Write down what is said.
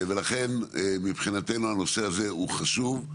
ולכן מבחינתנו הנושא הזה הוא חשוב,